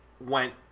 went